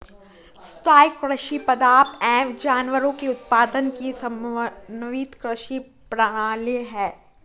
स्थाईं कृषि पादप एवं जानवरों के उत्पादन की समन्वित कृषि प्रणाली है